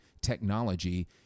technology